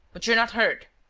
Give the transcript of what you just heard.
but you're not hurt?